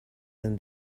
than